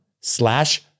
slash